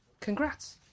Congrats